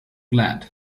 glad